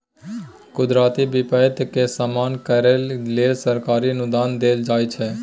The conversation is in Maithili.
कुदरती बिपैत के सामना करइ लेल सरकारी अनुदान देल जाइ छइ